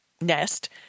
nest